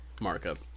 Markup